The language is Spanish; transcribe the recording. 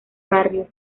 barrios